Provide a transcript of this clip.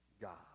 God